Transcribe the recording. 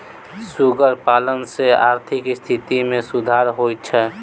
सुगर पालन सॅ आर्थिक स्थिति मे सुधार होइत छै